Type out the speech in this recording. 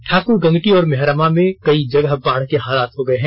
ठाक्रगंगटी और मेहरामा में कई जगह बाढ़ के हालात हो गये हैं